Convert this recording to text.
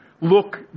look